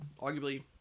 arguably